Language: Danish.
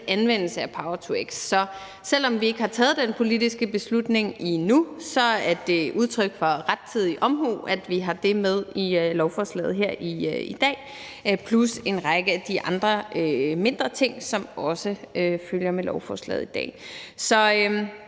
anvendelse af power-to-x. Så selv om vi ikke har taget den politiske beslutning endnu, er det udtryk for rettidig omhu, at vi har det med i lovforslaget her i dag, plus en række af de andre mindre ting, som også følger med lovforslaget i dag. Så